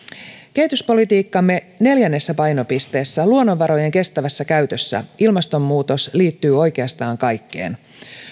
kehityspolitiikkamme neljännessä painopisteessä luonnonvarojen kestävässä käytössä ilmastonmuutos liittyy oikeastaan kaikkeen